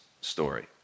story